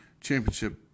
championship